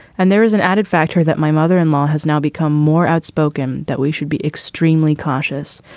and there is an added factor that my mother in law has now become more outspoken, that we should be extremely cautious.